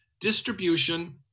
distribution